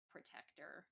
protector